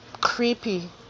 creepy